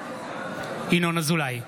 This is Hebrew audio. ינון אזולאי,